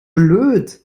blöd